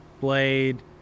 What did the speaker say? Blade